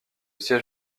siège